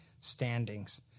standings